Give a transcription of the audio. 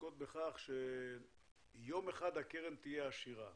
עוסקות בכך שיום אחד הקרן תהיה עשירה,